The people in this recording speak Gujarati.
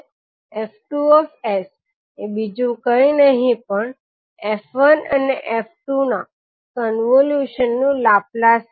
તો તમે સાદી રીતે લખી શકો કે 𝐹1𝑠𝐹2𝑠 એ બીજું કઈ નહિ પણ f1 અને f2 ના કોન્વોલ્યુશન નું લાપ્લાસ છે